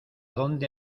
dónde